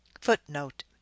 footnote